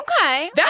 Okay